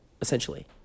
essentially